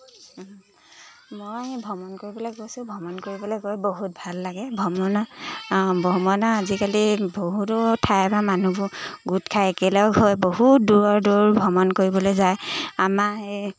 মই ভ্ৰমণ কৰিবলৈ গৈছোঁ ভ্ৰমণ কৰিবলৈ গৈ বহুত ভাল লাগে ভ্ৰমণে ভ্ৰমণে আজিকালি বহুতো ঠাই বা মানুহবোৰ গোট খাই একেলগ হয় বহুত দূৰ দূৰ ভ্ৰমণ কৰিবলৈ যায় আমাৰ এই